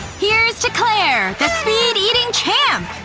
here's to clair, the speed-eating champ!